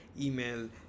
email